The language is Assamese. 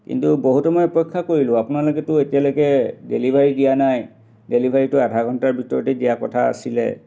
কিন্তু বহুত সময় অপেক্ষা কৰিলোঁ আপোনালোকেতো এতিয়ালৈকে ডেলিভাৰী দিয়া নাই ডেলিভাৰীটো আধা ঘণ্টাৰ ভিতৰতে দিয়াৰ কথা আছিলে